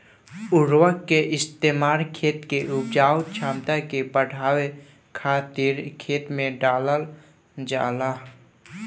उर्वरक के इस्तेमाल खेत के उपजाऊ क्षमता के बढ़ावे खातिर खेत में डालल जाला